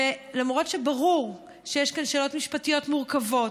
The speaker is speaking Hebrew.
למרות שברור שיש כאן שאלות משפטיות מורכבות,